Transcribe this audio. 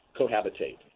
cohabitate